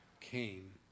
came